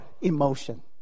emotion